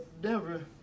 Denver